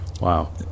Wow